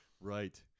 Right